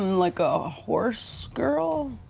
like, a horse girl?